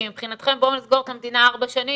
כי מבחינתכם בואו נסגור את המדינה ארבע שנים